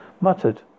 muttered